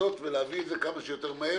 לנסות להביא את זה כמה שיותר מהר,